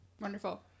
Wonderful